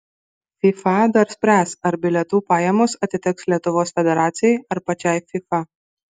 fifa dar spręs ar bilietų pajamos atiteks lietuvos federacijai ar pačiai fifa